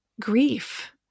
grief